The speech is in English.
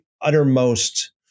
uttermost